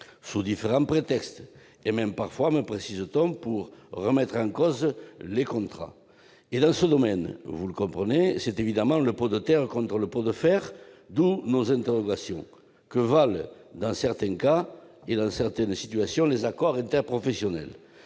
sous différents prétextes et même parfois, me précise-t-on, pour remettre en cause les contrats. En l'espèce, c'est donc le pot de terre contre le pot de fer. D'où mon interrogation : que valent, dans certains cas et dans certaines situations, les accords interprofessionnels